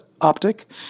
optic